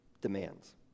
demands